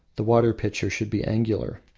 the water pitcher should be angular.